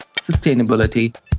sustainability